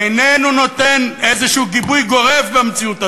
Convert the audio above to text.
ואיננו נותן איזה גיבוי גורף במציאות הזאת,